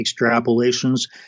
extrapolations